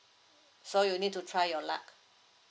so you need to try your luck